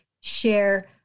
share